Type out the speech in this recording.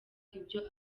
ibyo